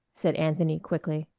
said anthony quickly.